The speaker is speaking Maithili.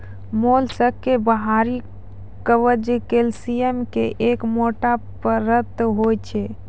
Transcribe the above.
मोलस्क के बाहरी कवच कैल्सियम के एक मोटो परत होय छै